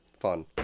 Fun